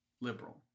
liberal